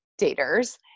daters